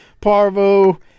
parvo